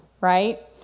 right